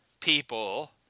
people